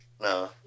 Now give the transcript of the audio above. No